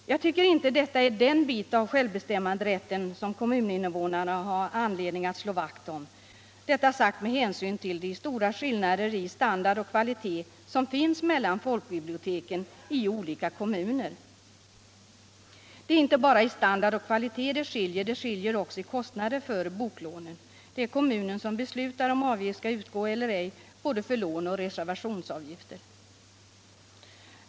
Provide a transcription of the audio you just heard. Jag tycker inte att detta är den bit av självbestämmanderätten som kommuninvånarna har anledning att slå vakt om, detta sagt med hänsyn till de stora skillnader i standard och kvalitet som finns mellan folkbiblioteken i olika kommuner. Det är inte bara i standard och kvalitet det skiljer utan också i kostnader för boklånen. Kommunen själv beslutar huruvida avgift skall utgå eller inte både när det gäller lån och reservationsavgifter.